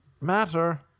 matter